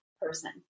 person